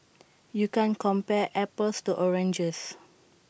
you can't compare apples to oranges